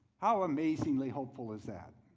how amazingly hopeful is that.